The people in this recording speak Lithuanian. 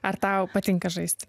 ar tau patinka žaist